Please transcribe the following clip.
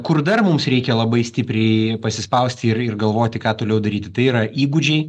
kur dar mums reikia labai stipriai pasispausti ir ir galvoti ką toliau daryti tai yra įgūdžiai